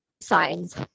Signs